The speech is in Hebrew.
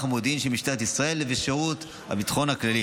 המודיעין של משטרת ישראל ושירות הביטחון הכללי,